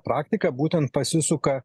praktika būtent pasisuka